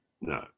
No